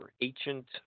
Ancient